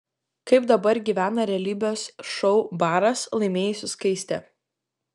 kaip dabar gyvena realybės šou baras laimėjusi skaistė